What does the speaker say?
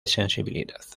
sensibilidad